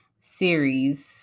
series